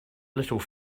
little